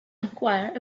enquire